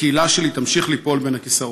הקהילה שלי תמשיך ליפול בין הכיסאות.